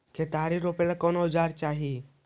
केतारी रोपेला कौन औजर चाही?